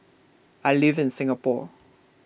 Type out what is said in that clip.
I live in Singapore